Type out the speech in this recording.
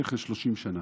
במשך 30 שנה.